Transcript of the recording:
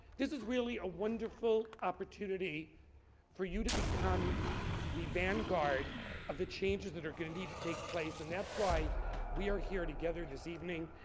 this is really a wonderful opportunity for you to become the vanguard of the changes that are going and to take place and that's why we are here together deceiving